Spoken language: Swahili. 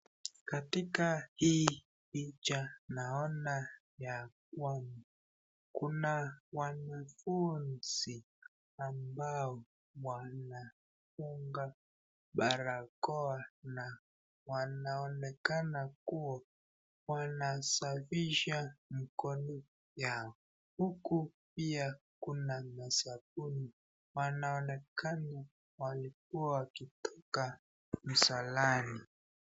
Katika hii picha naona ya kwamba kuna wanafunzi ambao wanafunga barakoa na wanaonekana kuwa wansafisha mikono yao wanaonekana kuwa wakitoka msalani.